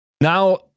now